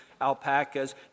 alpacas